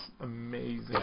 amazing